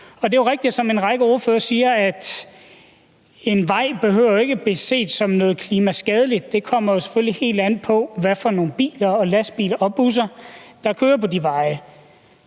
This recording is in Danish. Det er jo rigtigt, som en række ordførere siger, at en vej ikke behøver at blive set som noget klimaskadeligt. Det kommer selvfølgelig helt an på, hvad for nogle biler, lastbiler og busser der kører på de veje.